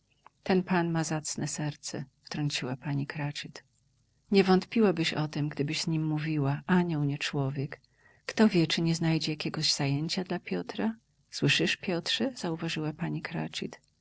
ten pan ma zacne serce wtrąciła pani cratchit nie wątpiłabyś o tem gdybyś z nim mówiła anioł nie człowiek kto wie czy nie znajdzie jakiego zajęcia dla piotra słyszysz piotrze zauważyła pani